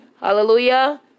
Hallelujah